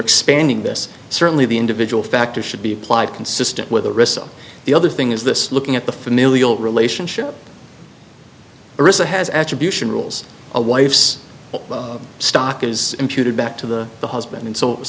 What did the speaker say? expanding this certainly the individual factor should be applied consistent with the rest of the other thing is this looking at the familial relationship arista has attribution rules a wife's stock is imputed back to the the husband and so